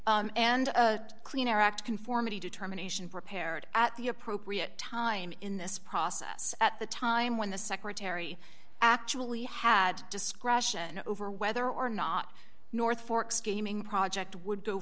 and a clean air act conformity determination prepared at the appropriate time in this process at the time when the secretary actually had discretion over whether or not north fork scheming project would go